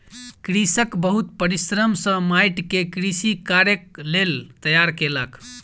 कृषक बहुत परिश्रम सॅ माइट के कृषि कार्यक लेल तैयार केलक